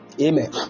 amen